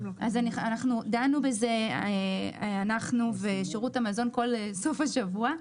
דנו בזה, אנחנו ושירות המזון, כל סוף השבוע.